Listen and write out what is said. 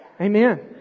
Amen